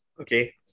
okay